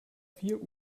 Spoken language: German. vier